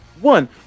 One